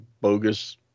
bogus